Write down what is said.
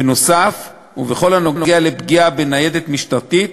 בנוסף, ובכל הנוגע לפגיעה בניידת משטרתית,